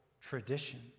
tradition